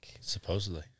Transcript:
Supposedly